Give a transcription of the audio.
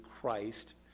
Christ